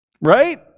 Right